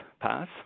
pass